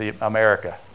America